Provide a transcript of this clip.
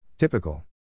Typical